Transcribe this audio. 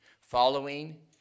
following